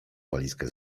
walizkę